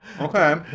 Okay